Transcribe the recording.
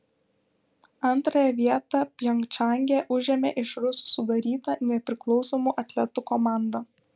antrąją vietą pjongčange užėmė iš rusų sudaryta nepriklausomų atletų komanda